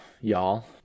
y'all